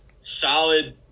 solid